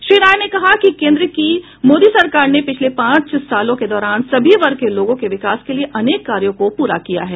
श्री राय ने कहा कि केन्द्र की मोदी सरकार ने पिछले पांच सालों के दौरान सभी वर्ग के लोगों के विकास के लिए अनेक कार्यों को पूरा किया है